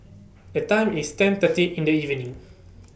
The Time IS ten thirty in The evening